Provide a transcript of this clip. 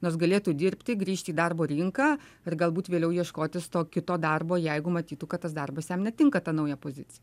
nors galėtų dirbti grįžti į darbo rinką ir galbūt vėliau ieškotis to kito darbo jeigu matytų kad tas darbas jam netinka ta nauja pozicija